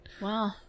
Wow